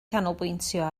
canolbwyntio